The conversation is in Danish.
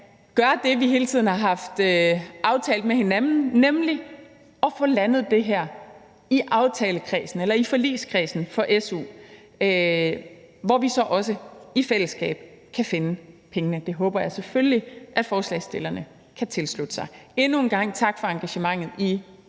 gøre det, vi hele tiden har haft aftalt med hinanden, nemlig at få landet det her i aftalekredsen eller i forligskredsen for su, hvor vi så også i fællesskab kan finde pengene. Det håber jeg selvfølgelig forslagsstillerne kan tilslutte sig. Endnu en gang tak for engagementet i,